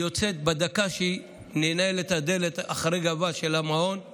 היא יוצאת, ובדקה שננעלת הדלת של המקלט